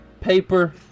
paper